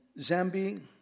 Zambia